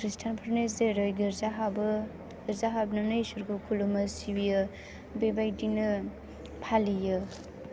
खृष्टानफोरनि जेरै गिरजा हाबो गिरजा हाबनानै इसोरखौ खुलुमो सिबियो बेबायदिनो फालियो